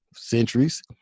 Centuries